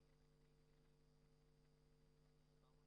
שלום,